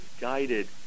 guided